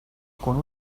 con